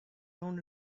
down